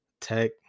tech